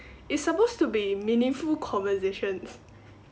it's supposed to be meaningful conversations